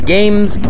Games